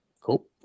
cool